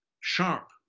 sharp